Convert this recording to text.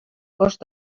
cost